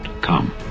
come